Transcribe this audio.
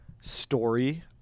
story